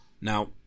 Now